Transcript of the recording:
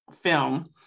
film